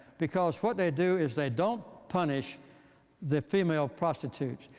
because what they do is they don't punish the female prostitutes.